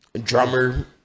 drummer